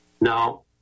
Now